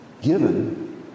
given